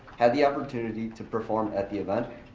had the opportunity to perform at the event.